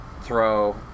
throw